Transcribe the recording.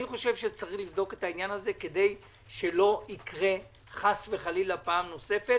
אני חושב צריך לבדוק את העניין הזה כדי שלא יקרה חס וחלילה פעם נוספת,